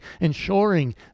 ensuring